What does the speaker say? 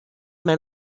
man